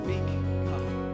Speak